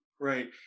Right